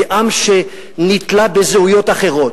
מעם שנתלה בזהויות אחרות,